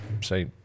say